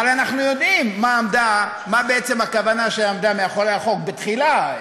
הרי אנחנו יודעים מה בעצם הכוונה שעמדה מאחורי החוק בתחילה.